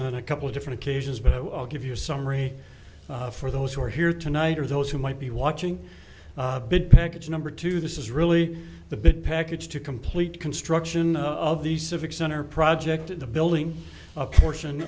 on a couple different occasions but i will give you summary for those who are here tonight or those who might be watching big package number two this is really the big package to complete construction of the civic center project in the building a portion